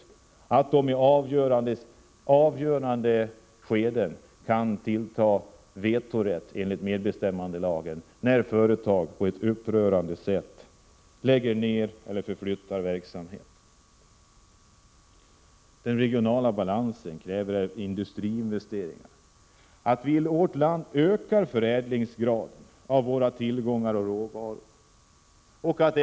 Facket bör i avgörande lägen ha vetorätt enligt medbestämmandelagen när företag på ett upprörande sätt vill lägga ned eller förflytta verksamhet. Den regionala balansen kräver industriinvesteringar. Vi måste öka graden av förädling av våra tillgångar och råvaror här i landet.